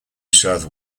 south